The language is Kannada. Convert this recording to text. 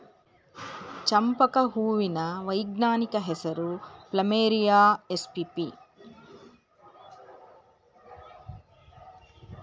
ಚಂಪಕ ಹೂವಿನ ವೈಜ್ಞಾನಿಕ ಹೆಸರು ಪ್ಲಮೇರಿಯ ಎಸ್ಪಿಪಿ